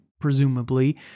presumably